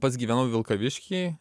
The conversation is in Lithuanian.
pats gyvenau vilkavišky